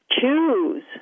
choose